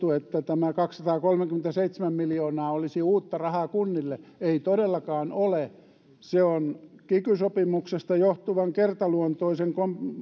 että tämä kaksisataakolmekymmentäseitsemän miljoonaa olisi uutta rahaa kunnille ei todellakaan ole se on kiky sopimuksesta johtuvan kertaluontoisen